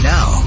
Now